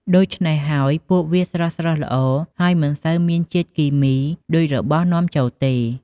ដូច្នេះហើយ ពួកវាស្រស់ៗល្អ ហើយមិនសូវមានជាតិគីមីដូចរបស់នាំចូលទេ។